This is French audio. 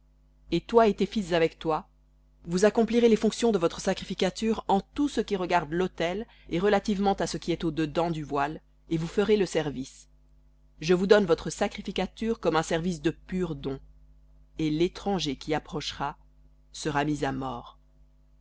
et toi et tes fils avec toi vous accomplirez les fonctions de votre sacrificature en tout ce qui regarde l'autel et relativement à ce qui est au dedans du voile et vous ferez le service je vous donne votre sacrificature comme un service de don et l'étranger qui approchera sera mis à mort